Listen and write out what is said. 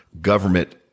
government